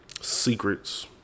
secrets